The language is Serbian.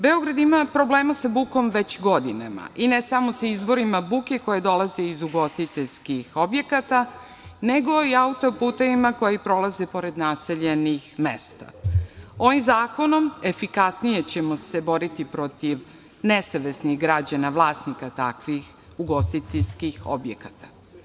Beograd ima problema sa bukom već godinama i ne samo sa izvorima buke koji dolaze iz ugostiteljskih objekata, nego i auto putevima koji prolaze pored naseljenih mesta, i ovim zakonom efikasnije ćemo se boriti sa nesavesnim građanima, vlasnika takvih ugostiteljskih objekata.